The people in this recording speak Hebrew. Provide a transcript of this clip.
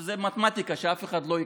זה מתמטיקה, שאף אחד לא יכעס.